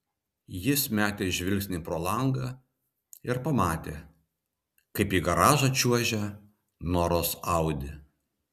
jis metė žvilgsnį pro langą ir pamatė kaip į garažą čiuožia noros audi